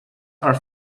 are